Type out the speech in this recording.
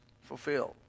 fulfilled